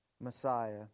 Messiah